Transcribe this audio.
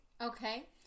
Okay